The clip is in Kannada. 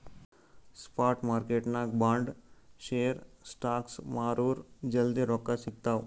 ಸ್ಪಾಟ್ ಮಾರ್ಕೆಟ್ನಾಗ್ ಬಾಂಡ್, ಶೇರ್, ಸ್ಟಾಕ್ಸ್ ಮಾರುರ್ ಜಲ್ದಿ ರೊಕ್ಕಾ ಸಿಗ್ತಾವ್